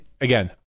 again